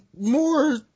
more